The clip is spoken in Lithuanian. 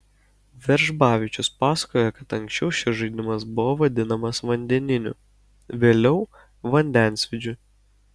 veržbavičius pasakoja kad anksčiau šis žaidimas buvo vadinamas vandeniniu vėliau vandensvydžiu